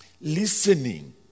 listening